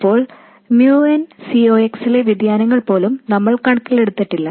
ഇപ്പോൾ mu n Cox ലെ വ്യതിയാനങ്ങൾ പോലും നമ്മൾ കണക്കിലെടുത്തിട്ടില്ല